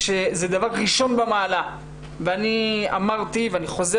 כשאת נפגעת מינית אגב,